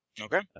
Okay